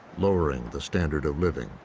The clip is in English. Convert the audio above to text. lowering the standard of living.